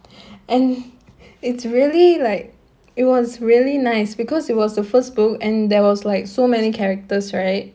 and it's really like it was really nice because it was the first book and there was like so many characters right